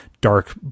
dark